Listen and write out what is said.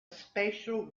spatial